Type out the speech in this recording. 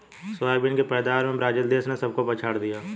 soybean की पैदावार में ब्राजील देश ने सबको पछाड़ दिया